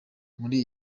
muri